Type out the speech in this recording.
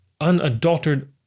unadulterated